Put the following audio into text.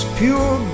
pure